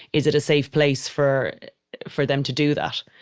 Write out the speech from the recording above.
is it a safe place for for them to do that?